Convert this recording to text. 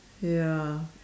ya